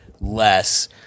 Less